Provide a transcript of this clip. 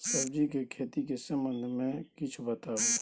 सब्जी के खेती के संबंध मे किछ बताबू?